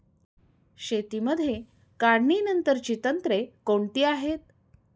शेतीमध्ये काढणीनंतरची तंत्रे कोणती आहेत?